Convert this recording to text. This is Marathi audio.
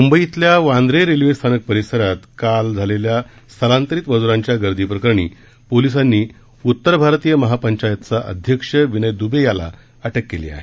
मुंबईतल्या वांद्रे रेल्वे स्थानक परिसरात काल स्थलांतरित मजुरांच्या गर्दीप्रकरणी पोलिसांनी उत्तर भारतीय महापंचायतचा अध्यक्ष विनय दुबे याला अटक केली आहे